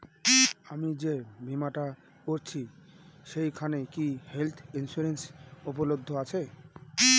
আমি যে বীমাটা করছি সেইখানে কি হেল্থ ইন্সুরেন্স উপলব্ধ আছে?